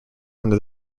under